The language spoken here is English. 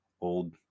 old